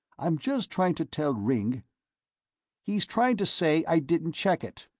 i'm just trying to tell ringg he's trying to say i didn't check it.